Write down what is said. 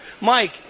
Mike